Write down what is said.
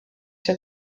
się